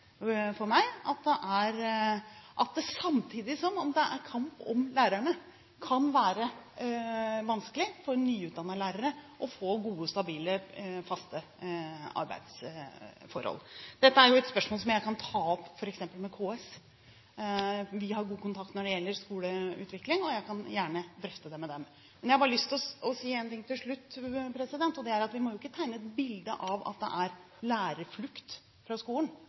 for meg at det – samtidig som det er kamp om lærerne – kan være vanskelig for nyutdannede lærere å få gode, stabile og faste arbeidsforhold. Dette er et spørsmål jeg kan ta opp f.eks. med KS. Vi har god kontakt når det gjelder skoleutvikling, og jeg kan gjerne drøfte det med dem. Jeg har bare lyst til å si én ting til slutt: Vi må ikke tegne et bilde av at det er en lærerflukt fra skolen.